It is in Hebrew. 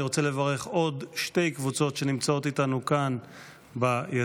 אני רוצה לברך עוד שתי קבוצות שנמצאות איתנו כאן ביציע.